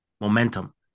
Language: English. momentum